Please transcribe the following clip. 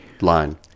line